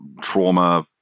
trauma